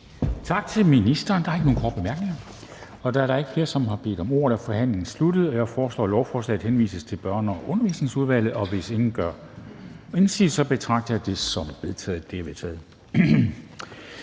Tak til ministeren. Der er ikke flere korte bemærkninger til ministeren Da der ikke er flere, der har bedt om ordet, er forhandlingen sluttet. Jeg foreslår, at lovforslaget henvises til Erhvervsudvalget. Hvis ingen gør indsigelse, betragter jeg det som vedtaget.